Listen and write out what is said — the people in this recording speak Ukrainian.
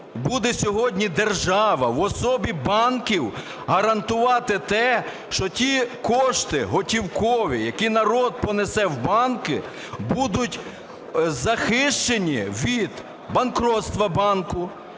буде сьогодні держава в особі банків гарантувати те, що ті кошти готівкові, які народ понесе в банки, будуть захищені від банкрутства банку,